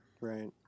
Right